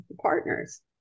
partners